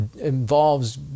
involves